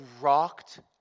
rocked